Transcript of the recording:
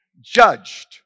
judged